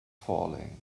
falling